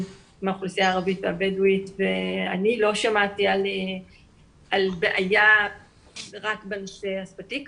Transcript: מהאוכלוסייה הערבית והבדואית ואני לא שמעתי על בעיה בנושא השפתי.